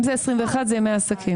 אם זה 21, זה ימי עסקים.